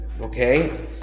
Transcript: Okay